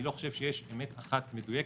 אני לא חושב שיש אמת אחת מדויקת,